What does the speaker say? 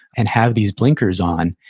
and have these blinkers on,